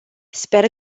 sper